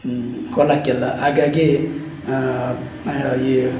ಹೊಲಕ್ಕೆಲ್ಲ ಹಾಗಾಗಿ ಈ